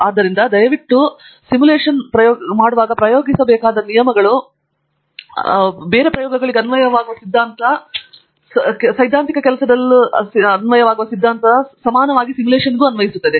ಆದ್ದರಿಂದ ದಯವಿಟ್ಟು ಪ್ರಯೋಗಿಸಬೇಕಾದ ನಿಯಮಗಳು ಪ್ರಯೋಗಗಳಿಗೆ ಅನ್ವಯವಾಗುವ ಸಿದ್ಧಾಂತ ಆಂಡ್ರ್ಯೂ ನಂತಹ ಸೈದ್ಧಾಂತಿಕ ಕೆಲಸದಲ್ಲೂ ಸಹ ಸಮಾನವಾಗಿ ಸಿಮ್ಯುಲೇಶನ್ಗೆ ಅನ್ವಯಿಸುತ್ತದೆ